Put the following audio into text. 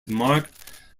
mark